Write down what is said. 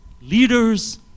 leaders